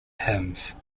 hymns